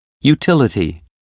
Utility